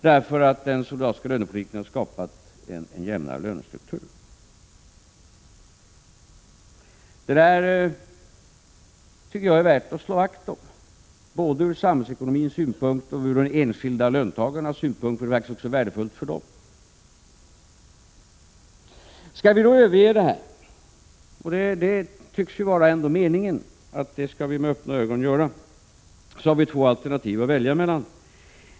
— Detta konstaterande tycker Lars Ove Hagberg inte om, men det är sant i alla fall. Jag tycker att det är värt att slå vakt om denna struktur, både ur samhällsekonomins synpunkt och ur de enskilda löntagarnas synpunkt — den är värdefull också för dem. Skall vi då överge denna politik — och det tycks vara meningen att vi med öppna ögon skall göra detta — har vi två alternativ att välja mellan.